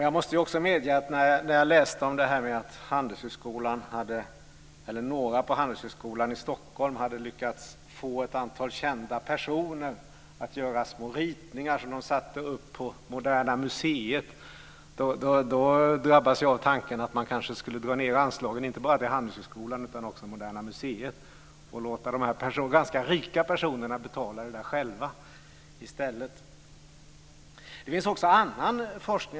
Jag måste också medge att när jag läste om det här med att några på Handelshögskolan i Stockholm hade lyckats få ett antal kända personer att göra små ritningar som de satte upp på Moderna museet drabbades jag av tanken att man kanske skulle dra ned anslagen, inte bara till Handelshögskolan utan också till Moderna museet och låta de här ganska rika personerna betala det här själva i stället. Det finns också annan forskning.